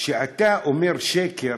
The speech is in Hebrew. אתה אומר שקר